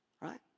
right